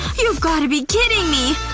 you've gotta be kidding me.